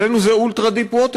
אצלנו זה ultra-deep water,